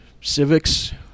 civics